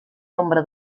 nombre